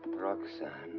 roxane.